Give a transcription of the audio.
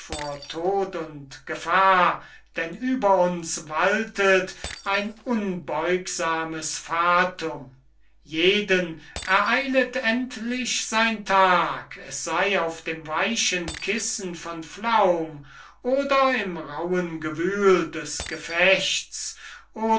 tod und gefahr denn über uns waltet ein unbeugsames fatum jeden ereilet endlich sein tag es sey auf dem weichen kissen von pflaum oder im rauhen gewühl des gefechtes